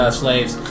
slaves